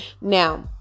now